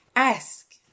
Ask